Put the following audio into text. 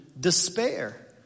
despair